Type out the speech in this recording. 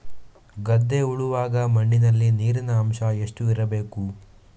ಗದ್ದೆ ಉಳುವಾಗ ಮಣ್ಣಿನಲ್ಲಿ ನೀರಿನ ಅಂಶ ಎಷ್ಟು ಇರಬೇಕು?